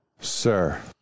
Sir